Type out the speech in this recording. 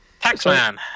Taxman